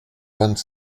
vingt